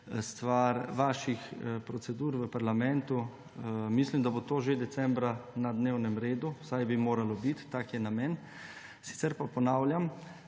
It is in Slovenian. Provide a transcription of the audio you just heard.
stvar vaših procedur v parlamentu. Mislim, da bo to že decembra na dnevnem redu, vsaj moralo bi biti, tak je namen. Sicer pa ponavljam,